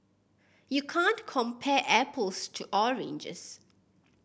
you can't compare apples to oranges